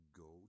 go